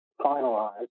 finalized